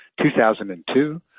2002